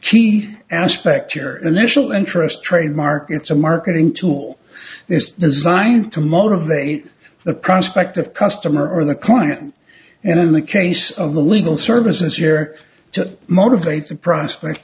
key aspect your initial interest trademark it's a marketing tool is designed to motivate the prospective customer or the client and in the case of the legal services here to motivate the prospect